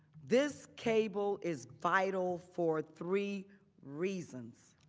this cable is vital for three reasons.